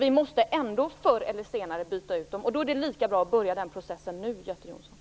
Vi måste ändå förr eller senare byta ut dem. Det är lika bra att börja den processen nu, Göte Jonsson.